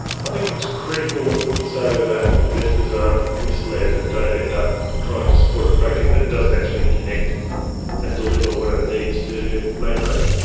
i think it's critical so that investors aren't um misled and don't end up trying to support a project that doesn't actually connect and deliver what it needs to make money,